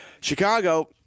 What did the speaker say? Chicago